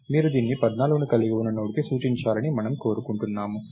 మీరు దీన్ని 14ని కలిగి ఉన్న నోడ్కి సూచించాలని మనము కోరుకుంటున్నాము